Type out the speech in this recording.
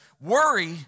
Worry